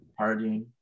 partying